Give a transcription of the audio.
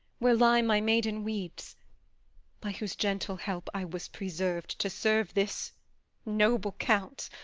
where lie my maiden weeds by whose gentle help i was preserv'd to serve this noble count.